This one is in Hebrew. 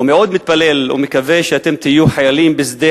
ומאוד מתפלל ומקווה שאתם תהיו חיילים בשדה